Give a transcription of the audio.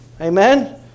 amen